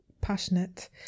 passionate